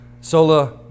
Sola